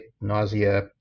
nausea